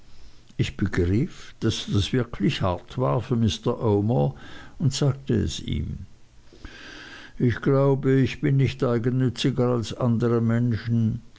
ich begriff daß das wirklich hart war für mr omer und sagte es ihm ich glaube ich bin nicht eigennütziger als andere menschen